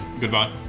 Goodbye